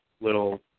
little